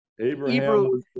Abraham